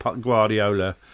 Guardiola